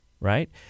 right